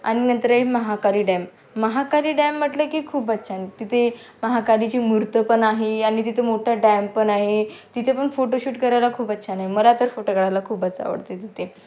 आणि नंतर एक महाकाली डॅम महाकाली डॅम म्हटलं की खूपच छान तिथे महाकालीची मूर्त पण आहे आणि तिथं मोठं डॅम पण आहे तिथे पण फोटो शूट करायला खूपच छान आहे मला तर फोटो काढायला खूपच आवडते तिथे